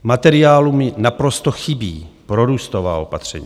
V materiálu mi naprosto chybí prorůstová opatření.